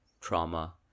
Trauma